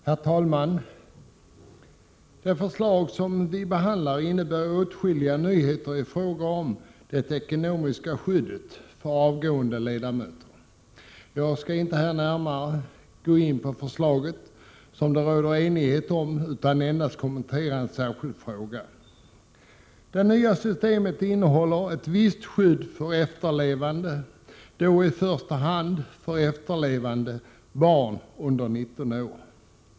Herr talman! Det förslag som vi behandlar innebär åtskilliga nyheter i fråga om det ekonomiska skyddet för avgående ledamöter. Jag skall inte gå närmare in på förslaget, som det råder enighet om, utan endast kommentera en särskild fråga. Det nya systemet innehåller ett visst skydd för efterlevande, i första hand för efterlevande barn under 19 år.